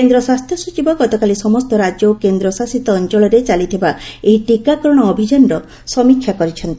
କେନ୍ଦ୍ର ସ୍ୱାସ୍ଥ୍ୟ ସଚିବ ଗତକାଲି ସମସ୍ତ ରାଜ୍ୟ ଓ କେନ୍ଦ୍ରଶାସିତ ଅଞ୍ଚଳରେ ଚାଲିଥିବା ଏହି ଟିକାକରଣ ଅଭିଯାନର ସମୀକ୍ଷା କରିଛନ୍ତି